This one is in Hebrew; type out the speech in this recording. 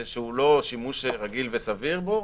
שהוא לא שימוש רגיל וסביר בו,